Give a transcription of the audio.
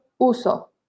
uso